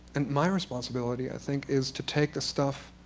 and my responsibility i think, is to take the stuff